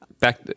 Back